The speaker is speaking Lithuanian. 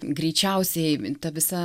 greičiausiai ta visa